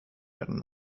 werden